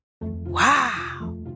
Wow